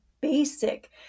basic